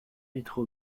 métro